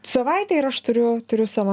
savaitė ir aš turiu turiu savo